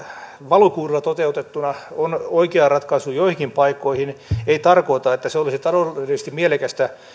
valokuidulla toteutettuna on oikea ratkaisu joihinkin paikkoihin ei tarkoita että se olisi taloudellisesti mielekästä